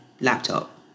laptop